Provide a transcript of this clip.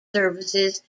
services